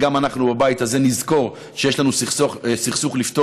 שגם אנחנו בבית הזה נזכור שיש לנו סכסוך לפתור,